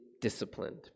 disciplined